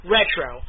Retro